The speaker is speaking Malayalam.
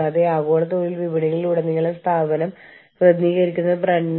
കൂടാതെ ഇത് സ്ഥാപനത്തിന്റെ തൊഴിൽ ശക്തിക്കുള്ളിൽ തിരഞ്ഞെടുക്കപ്പെട്ട പ്രതിനിധികളാൽ നിർമ്മിതമാണ്